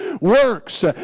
works